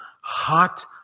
hot